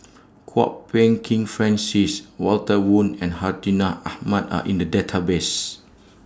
Kwok Peng Kin Francis Walter Woon and Hartinah Ahmad Are in The Database